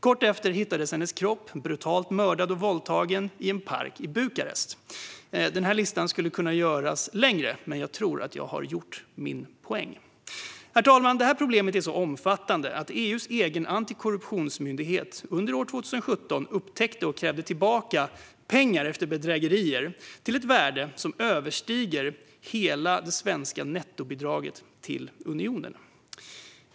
Kort efter hittades hon våldtagen och brutalt mördad i en park i Bukarest. Denna lista skulle kunna göras längre, men jag tror att jag har fått fram min poäng. Herr talman! Problemet är så omfattande att EU:s egen antikorruptionsmyndighet under 2017 upptäckte bedrägerier och krävde tillbaka pengar till ett värde som överstiger hela det svenska nettobidraget till unionen.